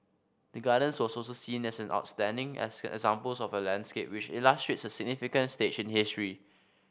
the gardens was also seen as an outstanding examples of a landscape which illustrates a significant stage in history